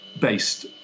based